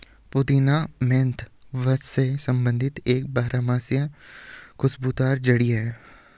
पुदीना मेंथा वंश से संबंधित एक बारहमासी खुशबूदार जड़ी है